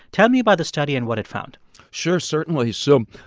tell me about the study and what it found sure. certainly. so,